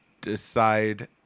decide